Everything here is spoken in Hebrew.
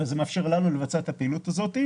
אבל זה מאפשר לנו לבצע את הפעילות הזאת,